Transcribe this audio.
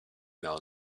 miało